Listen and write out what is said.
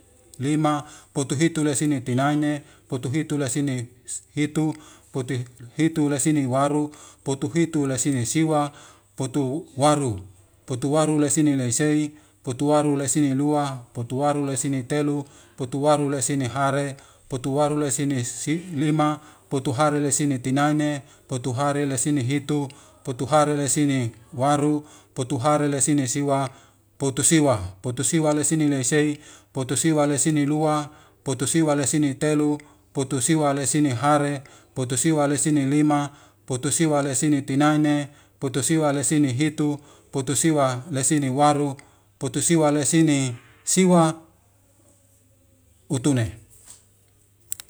Limaputuhitu, resinitinaine, putuhituresinehitu, putuhitu resinewaru, putuhitu resinesiwa, putuwaru, putuwaru serine lesei, putuwari lesine lua, putuwalu resi telu. putuwalu resi hare, putuwalu resi lima, putuwalu resi tinaine, putuhare resi hitu, putuhare resi waru, putuhare resine siwa, putusiwa, putusiwa lesine leisei. putusiwa lesine lua, putusiwa lesine telu, putusiwa lesine hare, putusiwa lesine lima, putusiwa lesinetinaine, putusiwa lesine hitu, putusiwa lesine waru, putusiwa lesinesiwa, utune.